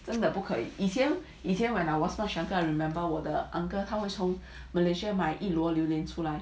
真的不可以以前 when I was much younger I remember 我的 the uncle 他会从 malaysia 一椤出来